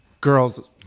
girls